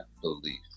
belief